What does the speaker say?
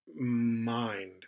mind